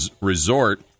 resort